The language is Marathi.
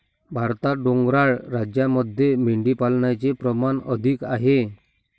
भारतात डोंगराळ राज्यांमध्ये मेंढीपालनाचे प्रमाण अधिक आहे